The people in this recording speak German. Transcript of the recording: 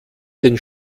den